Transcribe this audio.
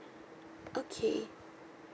okay